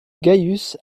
gaius